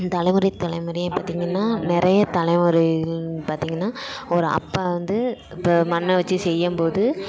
தலைமுறை தலைமுறையாக பார்த்தீங்கன்னா நிறைய தலைமுறைகள்னு பார்த்தீங்கன்னா ஒரு அப்பா வந்து இப்போ மண்ணை வச்சு செய்யும் போது